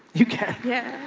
you can, yeah.